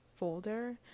folder